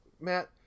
Matt